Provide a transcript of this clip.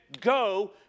go